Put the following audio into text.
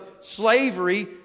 slavery